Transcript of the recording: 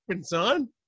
son